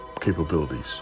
capabilities